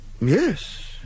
Yes